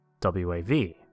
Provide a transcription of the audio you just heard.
wav